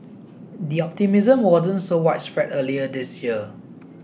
the optimism wasn't so widespread earlier this year